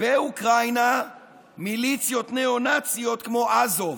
באוקראינה מיליציות ניאו-נאציות, כמו אזוב.